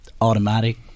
automatic